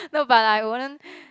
no but I wouldn't